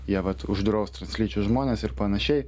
jie vat uždraus translyčius žmones ir panašiai